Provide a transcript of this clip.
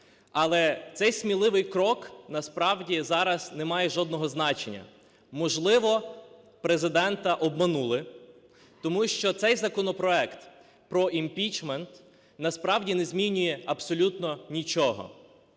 Але цей сміливий крок насправді зараз не має жодного значення. Можливо, Президента обманули, тому що цей законопроект про імпічмент насправді не змінює абсолютно нічого.